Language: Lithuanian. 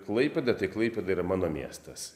klaipėda tai klaipėda yra mano miestas